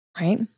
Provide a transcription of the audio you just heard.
right